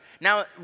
Now